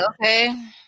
Okay